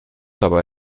dabei